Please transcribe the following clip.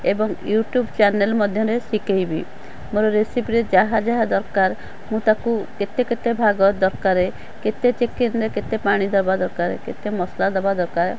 ଏବଂ YouTube channel ମଧ୍ୟରେ ଶିଖେଇବି ମୋର ରେସିପିରେ ଯାହା ଯାହା ଦରକାର ମୁଁ ତାକୁ କେତେ କେତେ ଭାଗ ଦରକାରେ କେତେ ଚିକେନ୍ରେ କେତେ ପାଣିଦେବା ଦରକାରେ କେତେ ମସଲା ଦେବା ଦରକାର